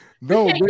No